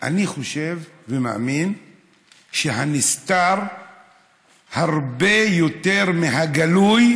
אני חושב ומאמין שהנסתר הרבה יותר מהגלוי,